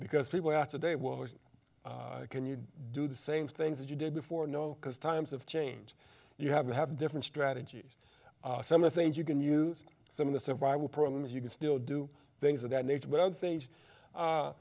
because people have today was can you do the same things that you did before no because times of change you have to have different strategies some of the things you can use some of the survival programs you can still do things of that nature but other things